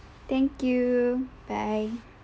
thank you bye